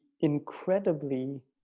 incredibly